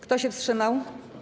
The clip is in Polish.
Kto się wstrzymał?